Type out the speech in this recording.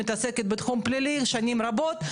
מתעסקת בתחום הפלילי שנים רבות,